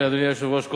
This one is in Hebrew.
אדוני היושב-ראש,